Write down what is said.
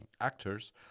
actors